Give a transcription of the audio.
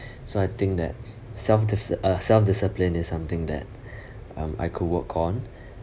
so I think that self dis~ uh self-discipline is something that um I could work on